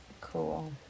Cool